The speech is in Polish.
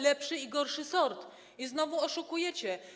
lepszy i gorszy sort i znowu oszukujecie.